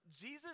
Jesus